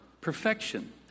perfection